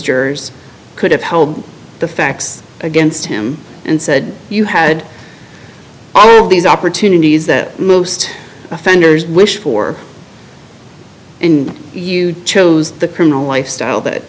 jurors could have held the facts against him and said you had all of these opportunities that most offenders wish for in you chose the criminal lifestyle that